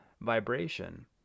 vibration